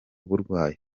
burwayi